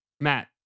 Matt